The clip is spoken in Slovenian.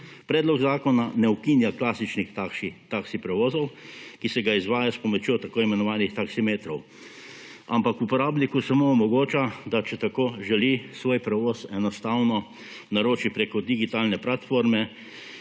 Predlog zakona ne ukinja klasičnih taksi prevozov, ki se ga izvaja s pomočjo tako imenovanih taksimetrov, ampak uporabniku samo omogoča, da če tako želi svoj prevoz enostavno naroči preko digitalne platforme,